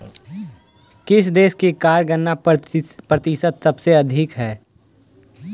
किस देश की कर गणना प्रतिशत सबसे अधिक हई